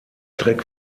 track